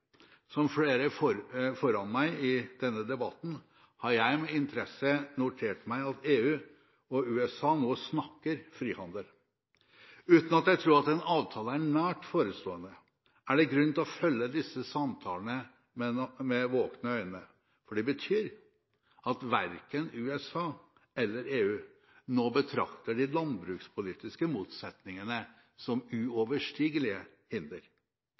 Som flere før meg i denne debatten har jeg med interesse notert meg at EU og USA nå snakker frihandel. Uten at jeg tror at en avtale er nær forestående, er det grunn til å følge disse samtalene med våkne øyne, for det betyr at verken USA eller EU nå betrakter de landbrukspolitiske motsetningene som uoverstigelige hinder.